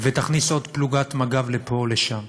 ותכניס עוד פלוגת מג"ב לפה או לשם,